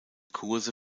kurse